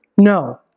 No